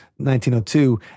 1902